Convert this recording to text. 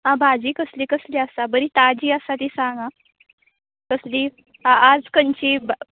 आं भाजी कसली कसली आसा बरी ताजी आसा ती सांग आं कसली आयज खंयची भा